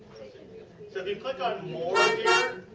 so, if you click on more here.